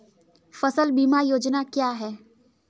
फसल बीमा योजना क्या है?